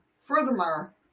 Furthermore